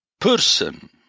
person